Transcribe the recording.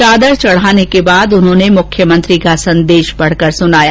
चादर चढाने के बाद उन्होंने मुख्यमंत्री का संदेश पढकर सुनाया